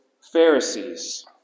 Pharisees